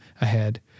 ahead